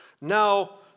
Now